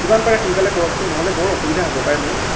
যিমান পাৰে সোনকালে কৰকচোন নহ'লে বৰ অসুবিধা হ'ব পাই মোৰ